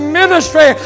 ministry